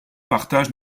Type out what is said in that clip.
partage